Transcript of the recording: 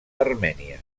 armènia